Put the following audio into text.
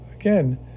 again